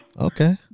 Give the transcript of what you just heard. Okay